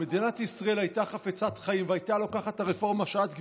אם מדינת ישראל הייתה חפצת חיים והייתה לוקחת את הרפורמה שאת,